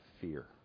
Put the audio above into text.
fear